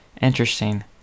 interesting